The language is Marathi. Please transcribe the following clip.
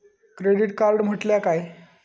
क्रेडिट कार्ड म्हटल्या काय?